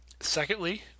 Secondly